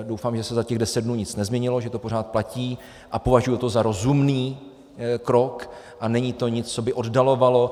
Doufám, že se za těch deset dnů nic nezměnilo, že to pořád platí, a považuji to za rozumný krok a není to nic, co by oddalovalo.